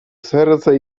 serce